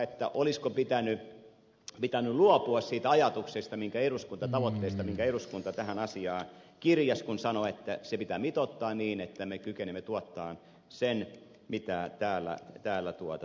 taikka olisiko pitänyt luopua siitä ajatuksesta minkä eduskunta tavoitteena tähän asiaan kirjasi kun sanoi että pitää mitoittaa niin että me kykenemme tuottamaan sen mitä täällä tarvitsemme